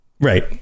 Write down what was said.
Right